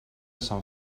sant